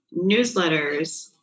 newsletters